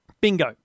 bingo